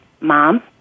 mom